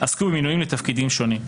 עסקו במינויים לתפקידים שונים.